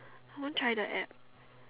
I want try the App